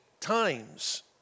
times